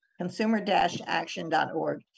Consumer-action.org